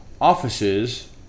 offices